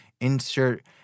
insert